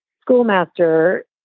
schoolmaster